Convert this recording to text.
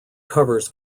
covers